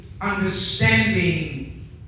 understanding